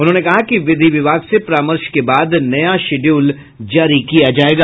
उन्होंने कहा कि विधि विभाग से परामर्श के बाद नया शीड्यूल जारी किया जायेगा